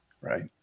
right